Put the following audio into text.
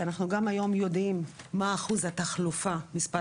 היום אנחנו יודעים מה אחוז התחלופה מספר